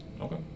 Okay